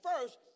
first